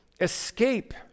escape